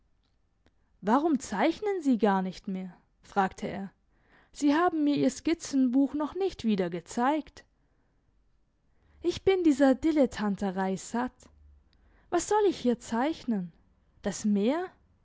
warum zeichnen sie garnicht mehr fragte er sie haben mir ihr skizzenbuch noch nicht wieder gezeigt ich bin dieser dilettanterei satt was soll ich hier zeichnen das meer